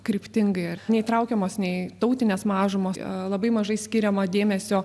kryptingai ar neįtraukiamos nei tautinės mažumos labai mažai skiriama dėmesio